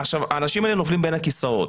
האנשים האלה נופלים בין הכיסאות.